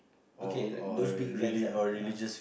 okay like those big event ah !huh!